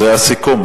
זה הסיכום.